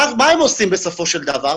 בסופו של דבר,